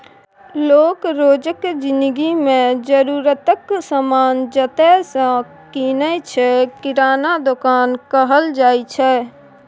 लोक रोजक जिनगी मे जरुरतक समान जतय सँ कीनय छै किराना दोकान कहल जाइ छै